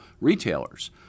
retailers